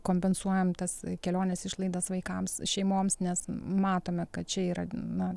kompensuojam tas kelionės išlaidas vaikams šeimoms nes matome kad čia yra na